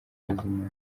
z’imana